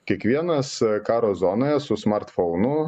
kiekvienas karo zonoje su smartfounu